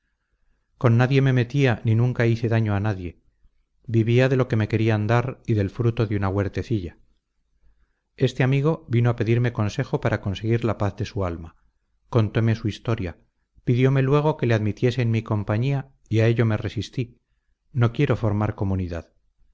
con nadie me metía ni nunca hice daño a nadie vivía de lo que me querían dar y del fruto de una huertecilla este amigo vino a pedirme consejo para conseguir la paz de su alma contome su historia pidiome luego que le admitiese en mi compañía y a ello me resistí no quiero formar comunidad